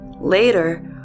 Later